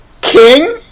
king